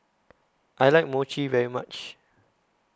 I like Mochi very much